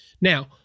Now